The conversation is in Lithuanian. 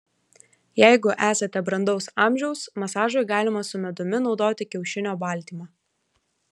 jeigu esate brandaus amžiaus masažui galima su medumi naudoti kiaušinio baltymą